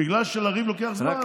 בגלל שלריב לוקח זמן,